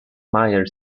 myer